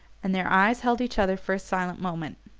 and their eyes held each other for a silent moment.